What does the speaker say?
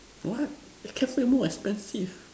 what a cafe more expensive